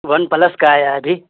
one plus کا آیا ہے ابھی